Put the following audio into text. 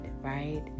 right